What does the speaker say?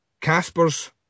Casper's